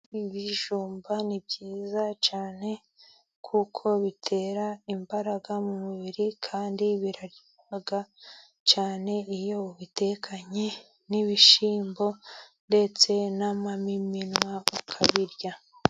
Ibijumba ni byiza cyane, kuko bitera imbaraga mu mubiri, kandi biraryoha cyane iyo ubitekanye n'ibishyimbo, ndetse n'amamininwa ukabirya.